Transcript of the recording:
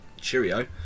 cheerio